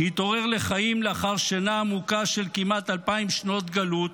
שהתעורר לחיים לאחר שינה עמוקה של כמעט אלפיים שנות גלות,